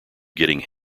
getting